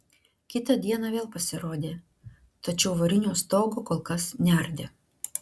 kitą dieną vėl pasirodė tačiau varinio stogo kol kas neardė